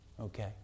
Okay